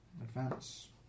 advance